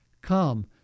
Come